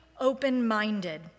open-minded